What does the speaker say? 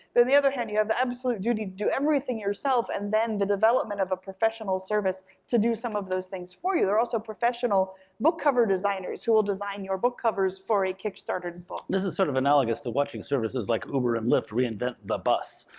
then the other hand you have the absolute duty to do everything yourself, and then the development of a professional service to do some of those things for you. there are also professional book cover designers who will design your book covers for a kickstarter book. this is sort of analogous to watching services like uber and lyft reinvent the but